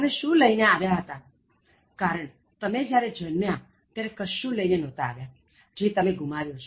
તમે શું લઈ આવ્યા હતા કારણ તમે જ્યારે જન્મ્યા ત્યારે કશું લઈને નહોતા લાવ્યા જે તમે ગુમાવ્યું છે